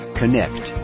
connect